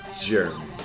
Jeremy